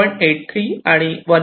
083 आणि 1